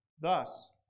Thus